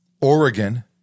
Oregon